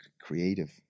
creative